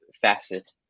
facet